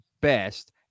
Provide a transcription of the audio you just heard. best